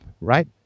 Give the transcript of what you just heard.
right